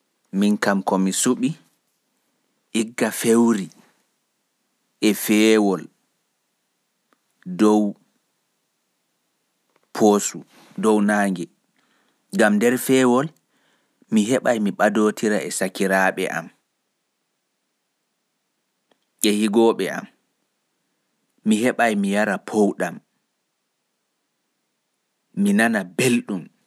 Ndikka fewri e feewol gam nder fewri tan mi heɓata mi ɓadotira e sakiraaɓe e higooɓe am. Nden bo mi heɓai mi yara powɗam mi nana belɗum.